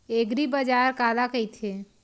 एग्रीबाजार काला कइथे?